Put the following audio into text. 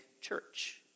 church